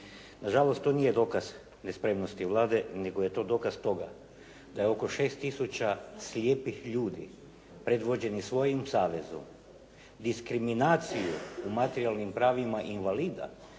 Nažalost, to nije dokaz nespremnosti Vlade, nego je to dokaz toga da je oko 6 tisuća slijepih ljudi predvođenih svojim savezom, diskriminaciju u materijalnim pravima invalida